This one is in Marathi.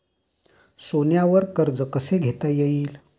सोन्यावर कर्ज कसे घेता येईल?